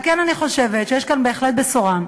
על כן אני חושבת שיש כאן בהחלט בשורה,